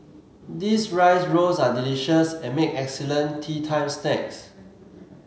these rice rolls are delicious and make excellent teatime snacks